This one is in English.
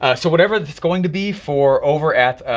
ah so whatever this is going to be for over at